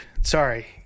Sorry